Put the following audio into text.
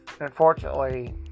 unfortunately